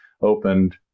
opened